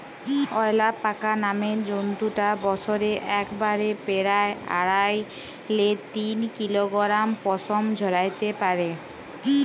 অয়ালাপাকা নামের জন্তুটা বসরে একবারে পেরায় আঢ়াই লে তিন কিলগরাম পসম ঝরাত্যে পারে